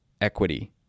equity